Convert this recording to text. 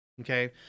Okay